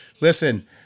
Listen